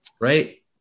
Right